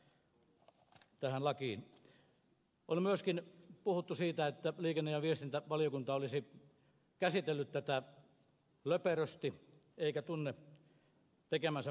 on myöskin puhuttu siitä että liikenne ja viestintävaliokunta olisi käsitellyt tätä löperösti eikä tunne tekemänsä mietinnön sisältöä